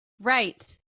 right